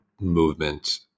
movement